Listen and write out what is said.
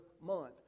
month